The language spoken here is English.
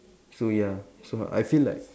so ya so I feel like